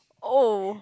oh